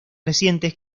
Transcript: recientes